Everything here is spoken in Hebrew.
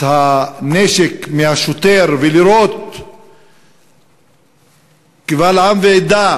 את הנשק מהשוטר ולירות קבל עם ועדה,